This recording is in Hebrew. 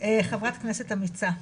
חברת כנסת אמיצה.